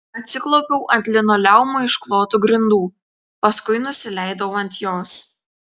atsiklaupiau ant linoleumu išklotų grindų paskui nusileidau ant jos